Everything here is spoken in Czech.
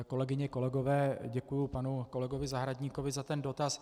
Kolegyně, kolegové, děkuji panu kolegovi Zahradníkovi za ten dotaz.